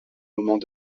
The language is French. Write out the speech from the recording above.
moments